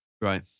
Right